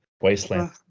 Wasteland